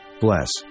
bless